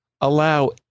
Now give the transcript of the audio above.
allow